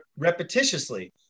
repetitiously